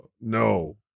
no